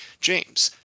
James